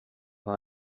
war